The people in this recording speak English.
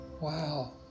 wow